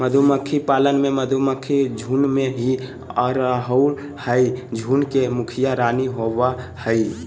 मधुमक्खी पालन में मधुमक्खी झुंड में ही रहअ हई, झुंड के मुखिया रानी होवअ हई